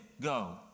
go